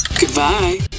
Goodbye